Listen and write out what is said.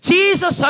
Jesus